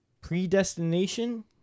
Predestination